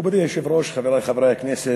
מכובדי היושב-ראש, חברי חברי הכנסת,